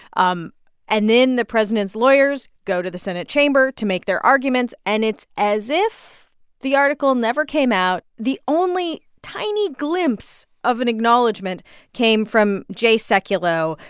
um and then the president's lawyers go to the senate chamber to make their arguments, and it's as if the article never came out. the only tiny glimpse of an acknowledgement came from jay sekulow,